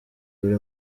buri